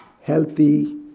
healthy